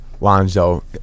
Lonzo